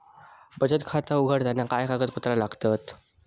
बचत खाता उघडताना काय कागदपत्रा लागतत?